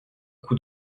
coup